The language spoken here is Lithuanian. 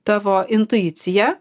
tavo intuicija